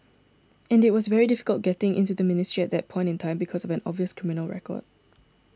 and it was very difficult getting into the ministry at that point in time because of an obvious criminal record